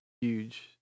huge